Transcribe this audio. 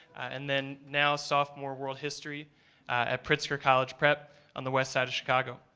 and then now sophomore world history at pritzker college prep on the west side of chicago.